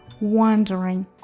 wondering